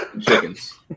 Chickens